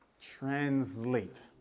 Translate